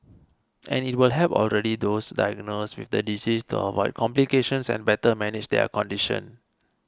and it will help already those diagnosed with the disease to avoid complications and better manage their condition